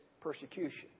persecution